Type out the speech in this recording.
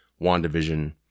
WandaVision